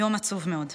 יום עצוב מאוד.